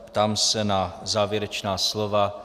Ptám se na závěrečná slova.